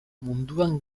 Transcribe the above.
munduan